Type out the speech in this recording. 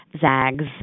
zags